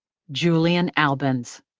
julian albans.